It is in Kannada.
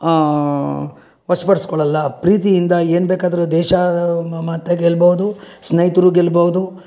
ವಶಪಡಿಸಿಕೊಳ್ಳಲ್ಲ ಪ್ರೀತಿಯಿಂದ ಏನು ಬೇಕಾದ್ರೂ ದೇಶ ಮತ್ತೆ ಗೆಲ್ಲಬಹುದು ಸ್ನೇಹಿತರೂ ಗೆಲ್ಲಬಹುದು